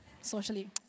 socially